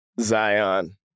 Zion